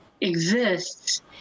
exists